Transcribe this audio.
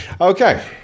Okay